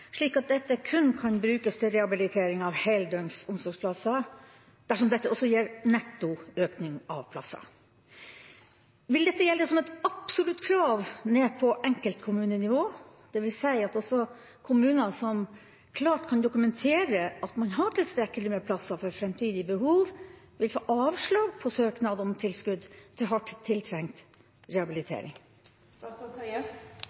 slik at dette kun kan brukes til rehabilitering av heldøgns omsorgsplasser dersom dette også gir netto øking av plasser. Vil dette gjelde som et absolutt krav ned på enkeltkommunenivå, dvs. at også kommuner som klart kan dokumentere at de har tilstrekkelig med plasser for framtidige behov, vil få avslag på søknad om tilskudd til hardt tiltrengt